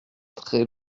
très